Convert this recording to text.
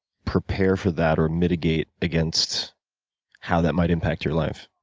prepare for that or mitigate against how that might impact your life?